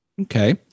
Okay